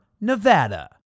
Nevada